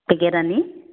packet আনি